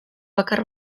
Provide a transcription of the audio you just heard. bakar